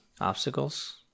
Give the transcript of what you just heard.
obstacles